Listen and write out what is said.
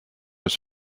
was